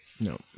No